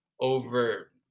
over